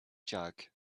jug